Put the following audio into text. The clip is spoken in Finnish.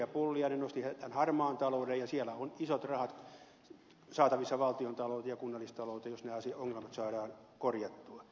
pulliainen nosti tämän harmaan talouden ja siellä on isot rahat saatavissa valtiontalouteen ja kunnallistalouteen jos ne ongelmat saadaan korjattua